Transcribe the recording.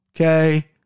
okay